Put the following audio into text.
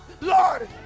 Lord